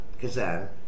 Kazan